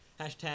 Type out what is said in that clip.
Hashtag